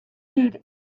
paid